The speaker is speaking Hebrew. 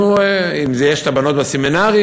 אם יש את הבנות בסמינרים,